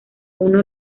uno